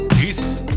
peace